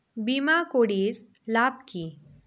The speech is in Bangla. বিমা করির লাভ কি?